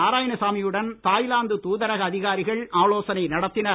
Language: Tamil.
நாராயணசாமியுடன் தாய்லாந்து தூதரக அதிகாரிகள் ஆலோசனை நடத்தினர்